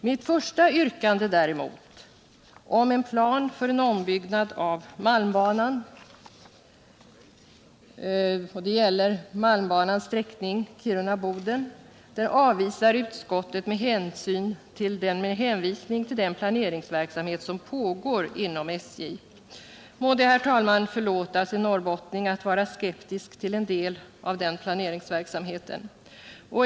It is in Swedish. Mitt första yrkande däremot, om en plan för ombyggnad av malmbanan — det gäller banans sträckning Kiruna-Boden — avvisar utskottet med hänvisning till den planeringsverksamhet som pågår inom SJ. Må det, herr talman, förlåtas en norrbottning att vara skeptisk till en del av den planeringsverksamheten.